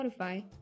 spotify